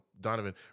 Donovan